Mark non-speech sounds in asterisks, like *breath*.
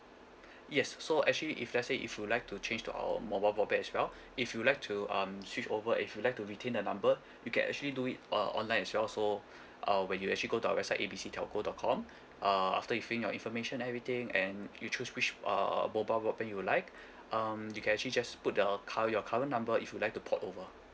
yes so actually if let's say if you like to change to our mobile broadband as well if you like to um switch over if you like to retain the number you can actually do it uh online as well so *breath* uh when you actually go to our website A B C telco dot com uh after you fill in your information everything and you choose which uh mobile broadband you like *breath* um you can actually just put the cur~ your current number if you like to port over